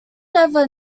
never